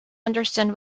understand